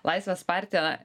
laisvės partija